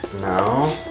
No